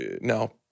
now